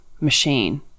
machine